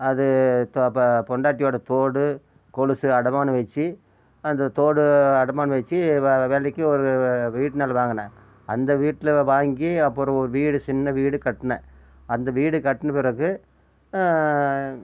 அது பொண்டாட்டியோட தோடு கொலுசு அடமானம் வெச்சு அந்த தோடு அடமானம் வெச்சு வாழ்றதுக்கி ஒரு வீட்டு நிலம் வாங்கினேன் அந்த வீட்டில் வாங்கி அப்பறம் ஒரு வீடு சின்ன வீடு கட்டினேன் அந்த வீடு கட்டின பிறகு